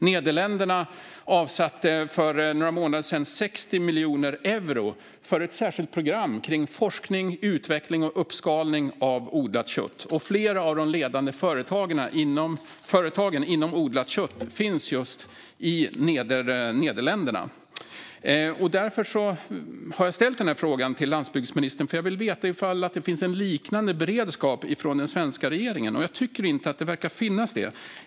Nederländerna avsatte för några månader sedan 60 miljoner euro för ett särskilt program kring forskning, utveckling och uppskalning av odlat kött. Flera av de ledande företagen inom odlat kött finns just i Nederländerna. Därför har jag ställt denna fråga till landsbygdsministern. Jag vill veta om det finns en liknande beredskap från den svenska regeringen. Jag tycker inte att det verkar finnas det.